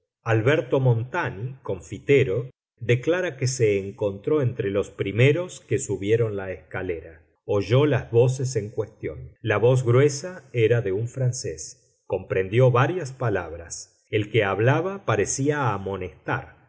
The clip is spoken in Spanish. alberto montani confitero declara que se encontró entre los primeros que subieron la escalera oyó las voces en cuestión la voz gruesa era de un francés comprendió varias palabras el que hablaba parecía amonestar